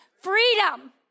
freedom